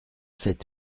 sept